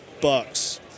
bucks